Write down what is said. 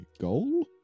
goal